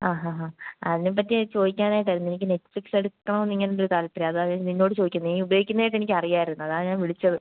ആ ഹാ ഹാ അതിനെപ്പറ്റി ചോദിക്കാനായിട്ടായിരുന്നു എനിക്ക് നെറ്റ്ഫ്ലിക്സെടുക്കണമെന്നിങ്ങനെയൊരു താൽപര്യം അതാണ് പി നിന്നോടു ചോദിക്കുന്നത് നീ ഉപയോഗിക്കുന്നതായിട്ട് എനിക്കറിയാമായിരുന്നു അതാണ് ഞാൻ വിളിച്ചത്